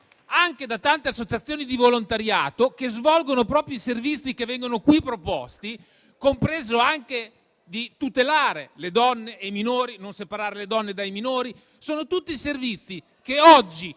anche da tante associazioni di volontariato che svolgono proprio i servizi che vengono qui proposti, compreso quello di tutelare le donne e i minori, di non separare le donne dai minori. Sono tutti i servizi che oggi